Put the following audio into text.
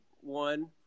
one